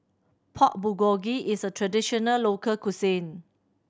Pork Bulgogi is a traditional local cuisine